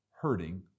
hurting